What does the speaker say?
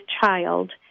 child